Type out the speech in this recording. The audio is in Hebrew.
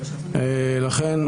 לכן,